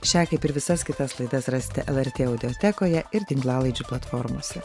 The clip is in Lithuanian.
šią kaip ir visas kitas laidas rasite el er tė audiotekoje ir tinklalaidžių platformose